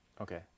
Okay